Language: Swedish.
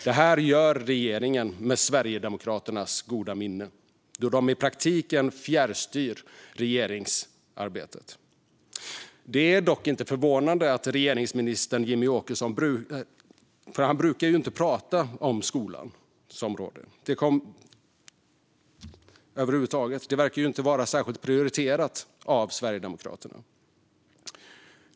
Det här gör regeringen med Sverigedemokraternas goda minne, då de i praktiken fjärrstyr regeringsarbetet. Det är dock inte förvånande. Regeringsministern Jimmie Åkesson brukar ju inte prata om skolans område över huvud taget; det verkar inte vara särskilt prioriterat av Sverigedemokraterna.